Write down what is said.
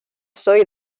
soy